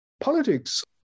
Politics